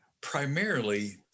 primarily